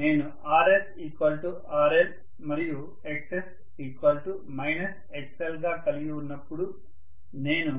నేను RsRL మరియు Xs XL గా కలిగి ఉన్నప్పుడు నేను